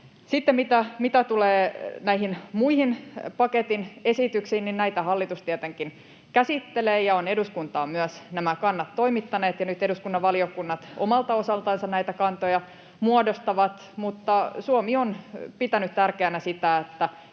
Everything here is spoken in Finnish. sitten tulee näihin muihin paketin esityksiin, niin näitä hallitus tietenkin käsittelee ja on eduskuntaan myös nämä kannat toimittanut, ja nyt eduskunnan valiokunnat omalta osaltansa näitä kantoja muodostavat. Suomi on pitänyt tärkeänä sitä, että